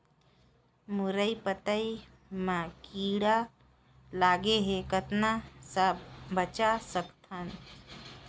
मुरई पतई म कीड़ा लगे ह कतना स बचा सकथन?